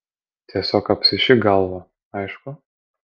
tiesiog apsišik galvą aišku